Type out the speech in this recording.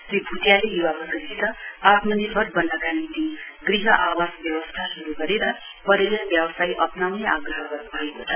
श्री भूटियाले य्वावर्गसित आत्मनिर्भर वन्नका निम्ति गृह आवास व्यावस्था श्रू गरेर पर्यटन व्यवसाय अप्नौउने आग्रह गर्न्भएको छ